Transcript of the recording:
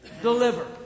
deliver